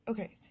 Okay